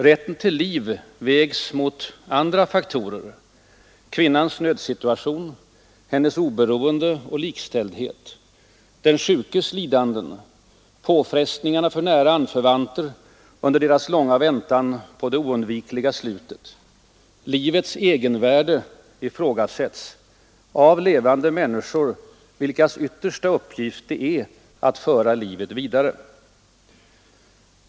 Rätten till liv vägs emot andra faktorer: kvinnans nödsituation, hennes oberoende och likställdhet, den sjukes lidanden, påfrestningarna för nära anförvanter under deras långa väntan på det oundvikliga slutet. Livets egenvärde ifrågasätts av levande människor, vilkas yttersta uppgift det är att föra livet vidare.